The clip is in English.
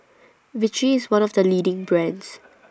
Vichy IS one of The leading brands